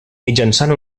mitjançant